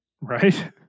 Right